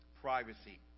privacy